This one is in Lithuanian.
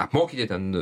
apmokyti ten